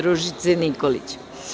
Ružice Nikolić.